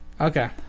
Okay